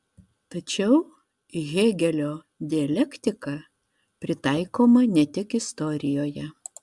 tačiau hėgelio dialektika pritaikoma ne tik istorijoje